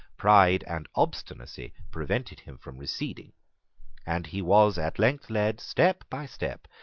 pride and obstinacy prevented him from receding and he was at length led, step by step,